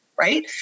Right